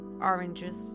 oranges